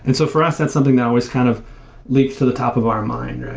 and so for us that's something that always kind of linked to the top of our mind.